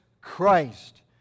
Christ